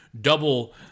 double